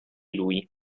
lui